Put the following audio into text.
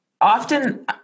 often